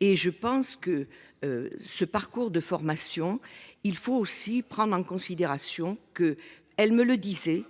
et je pense que. Ce parcours de formation, il faut aussi prendre en considération que elle me le disait